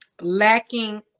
lacking